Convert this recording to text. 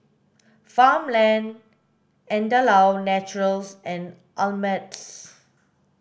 Farmland Andalou Naturals and Ameltz